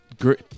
Great